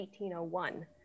1801